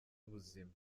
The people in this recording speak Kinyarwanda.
ubuzima